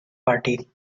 party